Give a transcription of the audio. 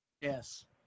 Yes